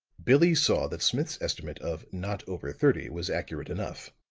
billie saw that smith's estimate of not over thirty was accurate enough.